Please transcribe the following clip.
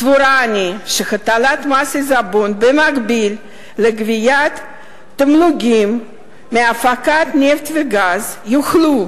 סבורה אני שהטלת מס עיזבון ובמקביל גביית תמלוגים מהפקת נפט וגז יוכלו